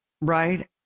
right